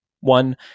One